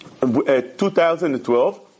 2012